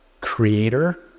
creator